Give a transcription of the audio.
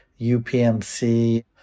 UPMC